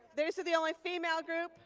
theirs are the only female group.